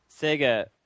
Sega